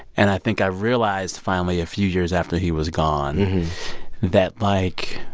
and i think i realized, finally, a few years after he was gone that, like,